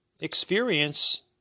experience